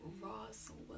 Roswell